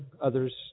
others